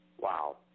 Wow